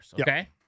okay